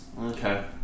Okay